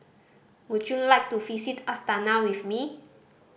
would you like to visit Astana with me